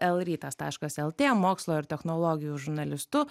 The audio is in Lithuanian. l rytas taškas lt mokslo ir technologijų žurnalistu